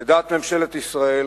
לדעת ממשלת ישראל,